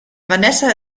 vanessa